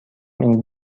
این